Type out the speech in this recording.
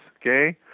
okay